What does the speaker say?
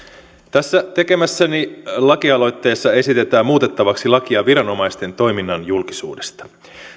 tässä tekemässäni lakialoitteessa esitetään muutettavaksi lakia viranomaisten toiminnan julkisuudesta